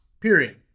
period